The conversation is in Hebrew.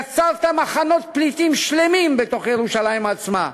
יצרת מחנות פליטים שלמים בתוך ירושלים עצמה.